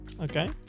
okay